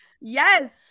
Yes